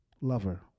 lover